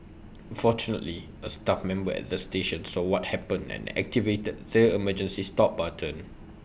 fortunately A staff member at the station saw what happened and activated the emergency stop button